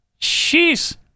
Jeez